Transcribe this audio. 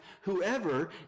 Whoever